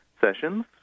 sessions